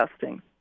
testing